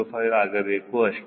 05 ಆಗಬೇಕು ಅಷ್ಟೇ